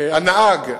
הנהג,